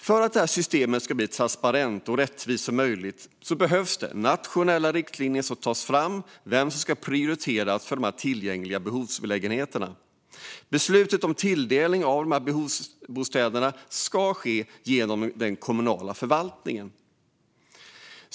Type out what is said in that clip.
För att systemet ska bli så transparent och rättvist som möjligt behöver det tas fram nationella riktlinjer för vilka som ska prioriteras för de tillgängliga behovslägenheterna. Besluten om tilldelning av behovsbostäder ska fattas genom den kommunala förvaltningen.